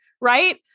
Right